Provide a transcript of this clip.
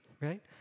right